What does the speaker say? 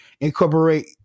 incorporate